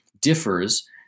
differs